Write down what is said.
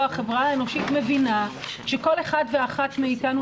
החברה האנושית מבינה שכל אחד ואחת מאיתנו